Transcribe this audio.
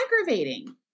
aggravating